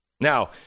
Now